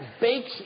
bakes